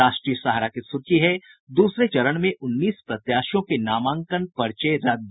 राष्ट्रीय सहारा की सुर्खी है दूसरे चरण में उन्नीस प्रत्याशियों के नामांकन पर्चे रद्द